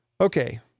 Okay